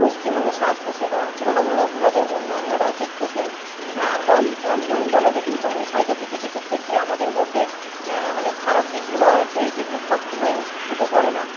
পশ্চিমবঙ্গের স্বাস্থ্যসেবা তুলনামূলকভাবে অন্যান্য রাজ্যের থেকে কম কম নয় বলা যেতেই পারে হয়তো কিছু কিছু ক্ষেত্রে আমাদের মধ্যে মানে খারাপ দিকগুলো আছে যেগুলি সবসময় চোখে পড়ে না